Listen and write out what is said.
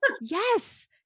Yes